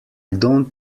don’t